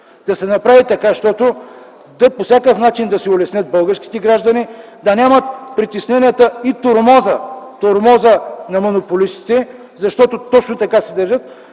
да се направи така, че по всякакъв начин да се улеснят българските граждани, да нямат притесненията и тормоза на монополистите, защото точно така се държат,